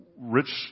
rich